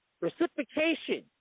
reciprocation